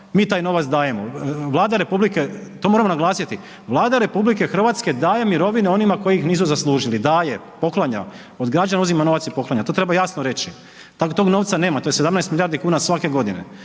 Mi taj novac dajemo. Vlada republike, to moramo naglasiti, Vlada RH daje mirovine onima koji ih nisu zaslužili, daje, poklanja, od građana uzima novac i poklanja. To treba jasno reći. Tog novca nema to je 17 milijardi kuna svake godine,